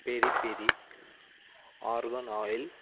peri peri oregano oil